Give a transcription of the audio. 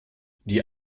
die